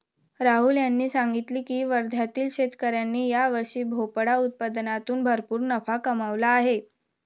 राहुल यांनी सांगितले की वर्ध्यातील शेतकऱ्यांनी यावर्षी भोपळा उत्पादनातून भरपूर नफा कमावला आहे